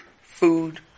food